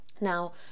Now